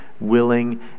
willing